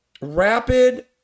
rapid